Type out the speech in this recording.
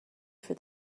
for